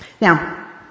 now